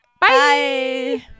Bye